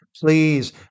please